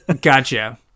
gotcha